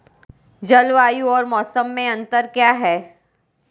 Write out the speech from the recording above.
जलवायु और मौसम में अंतर क्या है?